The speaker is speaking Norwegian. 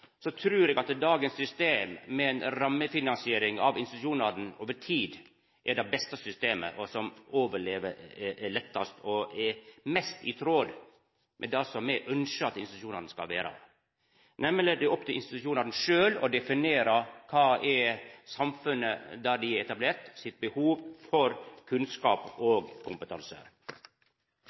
trur eg at dagens system, med ei rammefinansiering av institusjonane, over tid er det beste systemet, som lettast overlever, og som er mest i tråd med det som me ønskjer at institusjonane skal vera, nemleg at det er opp til institusjonane sjølve– der dei er etablerte – å definera kva som er samfunnets behov for kunnskap og